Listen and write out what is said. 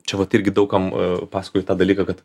čia vat irgi daug kam pasakoju tą dalyką kad